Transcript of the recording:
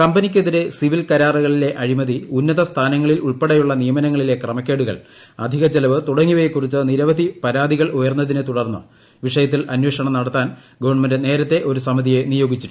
കമ്പനിക്കെതിരെ civil കരാറുകളിലെ അഴിമതി ഉന്നത സ്ഥാനങ്ങളിൽ ഉൾപ്പെടെയുള്ള നിയമനങ്ങളിലെ ക്രമക്കേടുകൾ അധിക ചെലവ് തുടങ്ങിയവയെക്കുറിച്ച് നിരവധി പരാതികൾ ഉയർന്നതിനെ തുടർന്ന് വിഷയത്തിൽ അന്വേഷണം നടത്താൻ ഗവൺമെന്റ് നേരത്തേ ഒരു സമിതിയെ നിയോഗിച്ചിരുന്നു